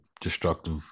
destructive